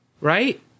Right